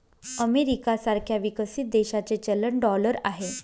America सारख्या विकसित देशाचे चलन डॉलर आहे